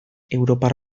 europar